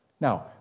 Now